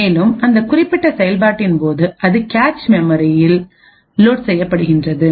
மேலும் அந்த குறிப்பிட்ட செயல்பாட்டின் போது அது கேச் மெமோரியல் லோட் செய்யப்படுகின்றது